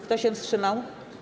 Kto się wstrzymał?